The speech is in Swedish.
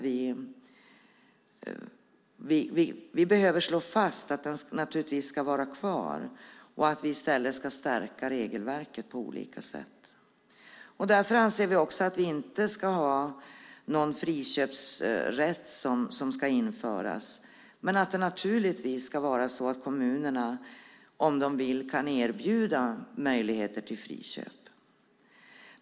Vi behöver slå fast att den ska vara kvar och att vi i stället ska stärka regelverket på olika sätt. Därför anser vi inte heller att det ska införas någon friköpsrätt, men givetvis ska kommunerna, om de vill, kunna erbjuda möjligheter till friköp.